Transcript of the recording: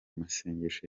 masengesho